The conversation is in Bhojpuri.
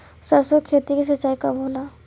सरसों की खेती के सिंचाई कब होला?